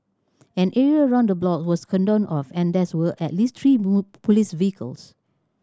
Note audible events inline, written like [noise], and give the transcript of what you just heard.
an area around the block was cordoned off and that were at least three [unintelligible] police vehicles